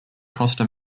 costa